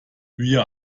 wir